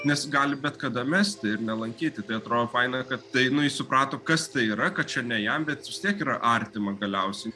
nes gali bet kada mesti ir nelankyti tai atro faina kad tai nu jis suprato kas tai yra kad čia ne jam bet vis tiek yra artima galiausiai